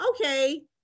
Okay